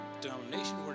denomination